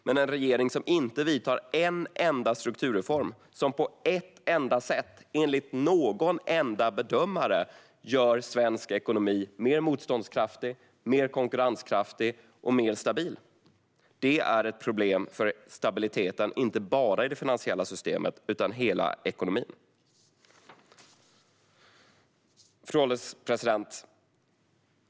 Men en regering som inte genomför en enda strukturreform som på ett enda sätt enligt någon enda bedömare gör svensk ekonomi mer motståndskraftig, mer konkurrenskraftig och mer stabil är ett problem för stabiliteten inte bara i det finansiella systemet utan i hela ekonomin. Fru ålderspresident!